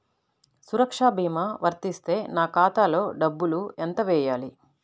సురక్ష భీమా వర్తిస్తే నా ఖాతాలో డబ్బులు ఎంత వేయాలి?